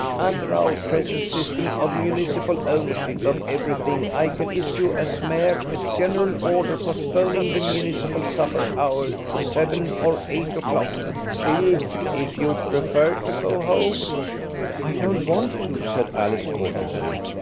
under our present system of municipal ownership of everything, i can issue, as mayor, a general order postponing the municipal supper hour to seven or eight o clock. still if you'd prefer to go home i don't want to, said alice courteously,